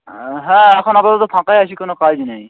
হ্যাঁ এখন আপাতত ফাঁকাই আছি কোনো কাজ নেই